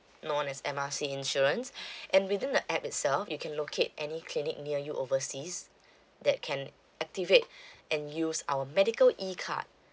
known as M R C insurance and within the app itself you can locate any clinic near you overseas that can activate and use our medical ecard